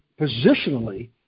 positionally